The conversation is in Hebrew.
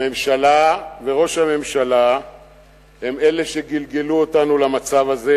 הממשלה וראש הממשלה הם אלה שגלגלו אותנו למצב הזה,